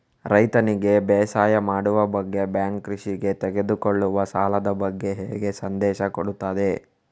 ರೈತನಿಗೆ ಬೇಸಾಯ ಮಾಡುವ ಬಗ್ಗೆ ಬ್ಯಾಂಕ್ ಕೃಷಿಗೆ ತೆಗೆದುಕೊಳ್ಳುವ ಸಾಲದ ಬಗ್ಗೆ ಹೇಗೆ ಸಂದೇಶ ಕೊಡುತ್ತದೆ?